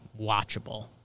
Watchable